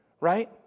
Right